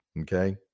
okay